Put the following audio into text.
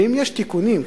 ואם יש לבצע תיקונים,